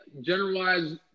generalized